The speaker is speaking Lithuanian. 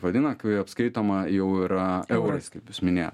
vadina kai apskaitoma jau yra eurais kaip jūs minėjot